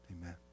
Amen